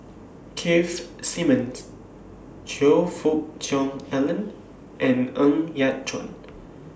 Keith Simmons Choe Fook Cheong Alan and Ng Yat Chuan